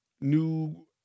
new